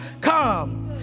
come